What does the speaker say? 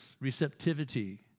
receptivity